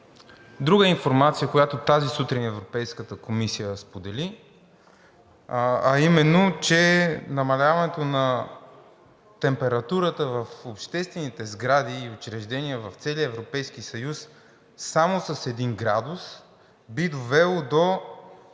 друга информация, която тази сутрин Европейската комисия сподели, а именно, че намаляването на температурата в обществените сгради и учреждения в целия Европейски съюз само с един градус би довело до